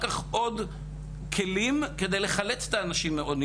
כך עוד כלים כדי לחלץ את האנשים מעוני,